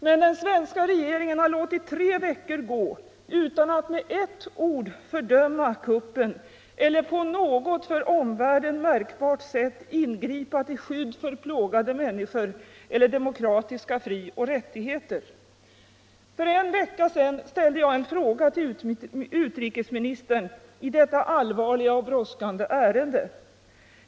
| Men den svenska regeringen har låtit tre veckor gå utan att med ett ord fördöma kuppen eller på något för omvärlden märkbart sätt ingripa till skydd för plågade människor eller demokratiska frioch rättigheter. För en vecka sedan ställde jag en fråga till utrikesministern i detta allvarliga och brådskande ärende.